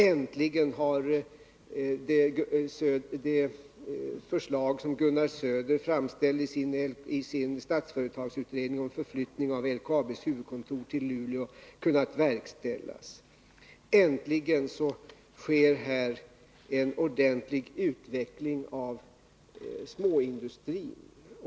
Äntligen har det förslag som Gunnar Söder framförde i sin Statsföretagsutredning om förflyttning av LKAB:s huvudkontor till Luleå kunnat verkställas. Äntligen sker här en ordentlig utveckling av småindustrin.